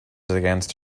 against